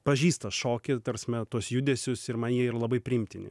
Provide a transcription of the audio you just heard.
pažįsta šokį ta prasme tuos judesius ir man jie yra labai priimtini